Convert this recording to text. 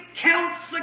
counts